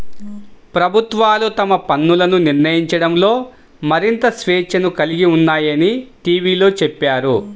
ప్రభుత్వాలు తమ పన్నులను నిర్ణయించడంలో మరింత స్వేచ్ఛను కలిగి ఉన్నాయని టీవీలో చెప్పారు